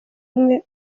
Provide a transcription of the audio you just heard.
umwe